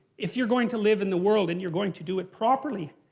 if you're going to live in the world and you're going to do it properly,